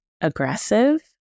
aggressive